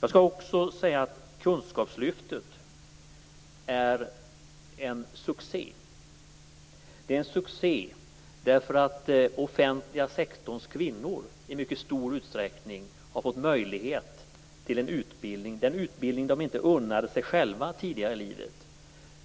Jag vill också säga att kunskapslyftet är en succé i och med att den offentliga sektorns kvinnor på det viset i mycket stor utsträckning har fått möjlighet till en utbildning, den utbildning de inte unnade sig själva tidigare i livet.